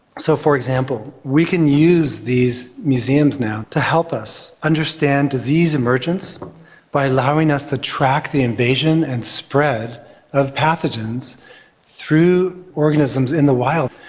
so, for example, we can use these museums now to help us understand disease emergence by allowing us to track the invasion and spread of pathogens through organisms in the wild.